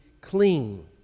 clean